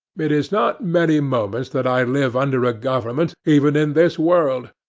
it is not many moments that i live under a government, even in this world.